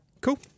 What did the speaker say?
Cool